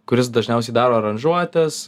kuris dažniausiai daro aranžuotes